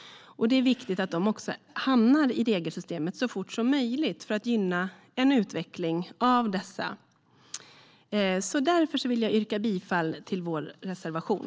Det är viktigt att de också hamnar i regelsystemet så fort som möjligt för att en utveckling av dem ska gynnas. Jag yrkar bifall till vår reservation.